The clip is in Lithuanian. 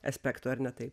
aspektų ar ne taip